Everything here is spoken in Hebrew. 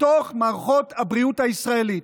בתוך מערכות הבריאות הישראליות.